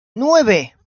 nueve